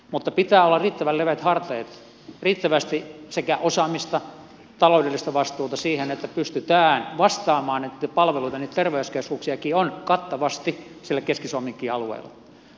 mutta pitää olla riittävän leveät hartiat riittävästi sekä osaamista että taloudellista vastuuta siihen että pystytään vastamaan että niitä palveluita niitä terveyskeskuksiakin on kattavasti siellä keski suomenkin alueella